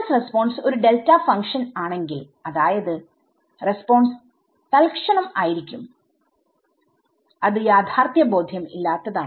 impulse റെസ്പോൺസ്ഒരു delta ഫങ്ക്ഷൻആണെങ്കിൽ അതായത് റെസ്പോൺസ് തൽക്ഷണം ആയിരിക്കും അത് യാഥാർഥ്യബോധ്യം ഇല്ലാത്തതാണ്